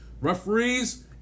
Referees